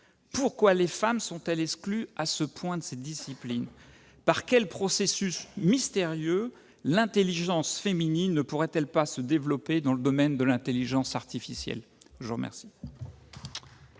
Pourquoi les femmes sont-elles exclues à ce point de ces disciplines ? Par quel processus mystérieux l'intelligence féminine ne pourrait-elle pas se développer dans le domaine de l'intelligence artificielle ? La parole